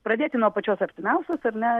pradėti nuo pačios artimiausios ar ne